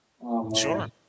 Sure